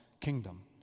kingdom